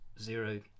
zero